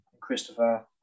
Christopher